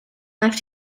left